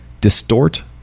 distort